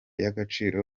y’agaciro